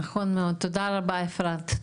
נכון מאוד, תודה רבה אפרת.